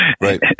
Right